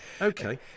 Okay